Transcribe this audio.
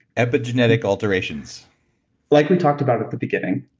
epigenetic alterations like we talked about at the beginning,